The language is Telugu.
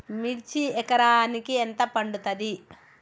మిర్చి ఎకరానికి ఎంత పండుతది?